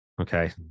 Okay